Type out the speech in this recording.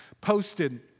posted